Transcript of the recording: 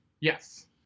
Yes